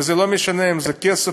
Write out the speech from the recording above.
וזה לא משנה אם זה כסף,